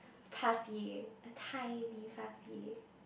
a a tiny